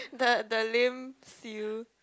the the lame seal